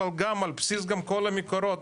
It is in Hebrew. אבל גם על בסיס כל המקורות.